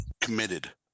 committed